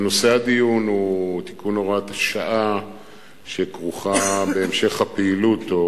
אבל נושא הדיון הוא תיקון הוראת השעה שכרוכה בהמשך הפעילות או